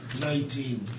Nineteen